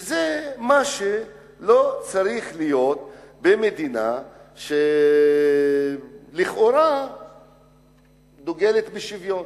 זה לא צריך להיות במדינה שלכאורה דוגלת בשוויון,